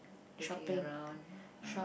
looking around